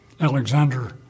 Alexander